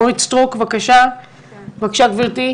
אורית סטרוק, בבקשה, גברתי.